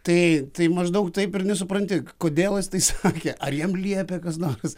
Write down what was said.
tai tai maždaug taip ir nesupranti kodėl jis tai sakė ar jam liepė kas nors